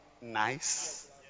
nice